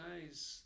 guys